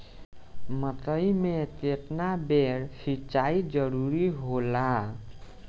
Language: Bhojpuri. मकई मे केतना बेर सीचाई जरूरी होला?